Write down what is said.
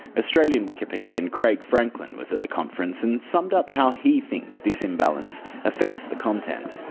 australian wikipedian craig franklin was at the conference and summed up how he thinks this imbalance affects the content.